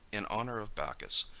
in honor of bacchus,